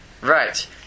right